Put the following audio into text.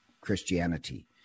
Christianity